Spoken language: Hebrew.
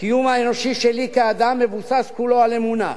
הקיום האנושי שלי כאדם מבוסס כולו על אמונה.